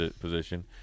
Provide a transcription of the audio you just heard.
position